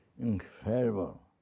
incredible